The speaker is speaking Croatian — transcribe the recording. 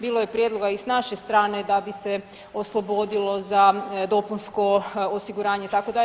Bilo je prijedloga i s naše strane da bi se oslobodilo za dopunsko osiguranje itd.